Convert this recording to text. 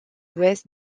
ouest